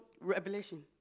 Revelation